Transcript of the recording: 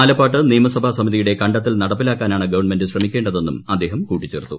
ആലപ്പാട്ട് നിയമസഭാ സമിതിയുടെ കണ്ടെത്ത്ൽ നടപ്പിലാക്കാനാണ് ഗവൺമെന്റ് ശ്രമിക്കേണ്ടതെന്നും അ്ദ്ദേഹം കൂട്ടിച്ചേർത്തു